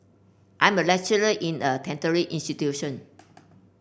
I'm a lecturer in a tertiary institution